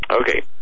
Okay